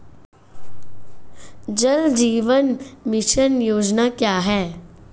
जल जीवन मिशन योजना क्या है?